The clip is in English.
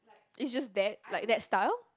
it's just that like that style